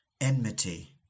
enmity